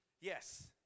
Yes